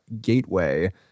Gateway